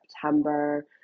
September